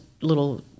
little